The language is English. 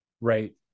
Right